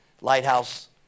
Lighthouse